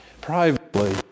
privately